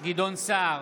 גדעון סער,